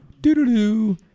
Do-do-do